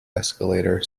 escalator